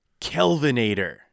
Kelvinator